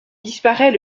disparaît